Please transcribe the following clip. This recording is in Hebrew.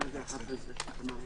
הישיבה ננעלה בשעה 12:10.